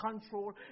control